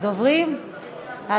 יש לי בעיה,